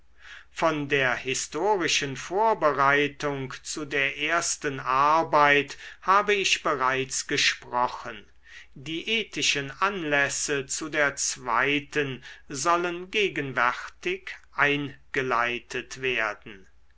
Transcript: von der historischen vorbereitung zu der ersten arbeit habe ich bereits gesprochen die ethischen anlässe zu der zweiten sollen gegenwärtig eingeleitet werden